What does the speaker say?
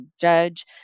judge